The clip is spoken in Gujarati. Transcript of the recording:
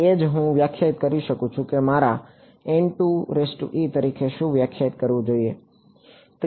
એ જ રીતે હું વ્યાખ્યાયિત કરી શકું છું કે મારે મારા તરીકે શું વ્યાખ્યાયિત કરવું જોઈએ